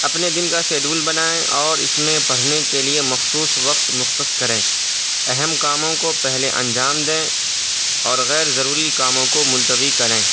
اپنے دن کا شیڈیول بنائیں اور اس میں پڑھنے کے لیے مخصوص وقت مختص کریں اہم کاموں کو پہلے انجام دیں اور غیر ضروری کاموں کو ملتوی کریں